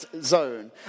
zone